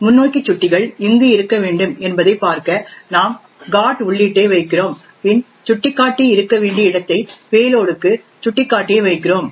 முன்னோக்கி சுட்டிகள் எங்கு இருக்க வேண்டும் என்பதைப் பார்க்க நாம் GOT உள்ளீட்டை வைக்கிறோம் பின் சுட்டிக்காட்டி இருக்க வேண்டிய இடத்தை பேலோடுக்கு சுட்டிக்காட்டியை வைக்கிறோம்